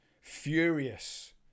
Furious